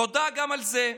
תודה גם על זה,